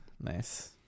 Nice